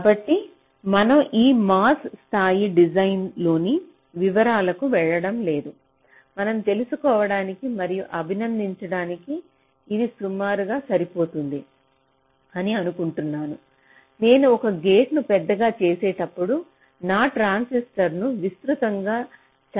కాబట్టి మనం ఈ MOS స్థాయి డిజైన్ల లోని వివరాలకు వెళ్ళడం లేదు మనం తెలుసుకోవడానికి మరియు అభినందించడానికి ఇది సరిపోతుందని అనుకుంటున్నాను నేను ఒక గేటును పెద్దగా చేసేటప్పుడు నా ట్రాన్సిస్టర్లను విస్తృతంగా ఛానెల్లను విస్తృతంగా చేస్తాను